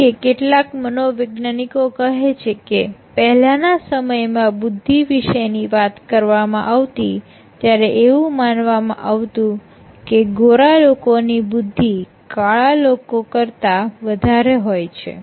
જેમ કે કેટલાક મનોવૈજ્ઞાનિકો કહે છે કે પહેલાના સમયમાં બુદ્ધિ વિશેની વાત કરવામાં આવતી ત્યારે એવું માનવામાં આવતું હતું કે ગોરા લોકોની બુદ્ધિ કાળા લોકો કરતા વધારે હોય છે